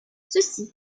ceci